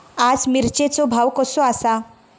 आज मिरचेचो भाव कसो आसा?